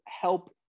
help